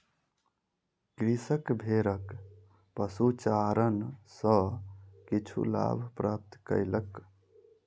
कृषक भेड़क पशुचारण सॅ किछु लाभ प्राप्त कयलक